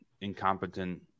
incompetent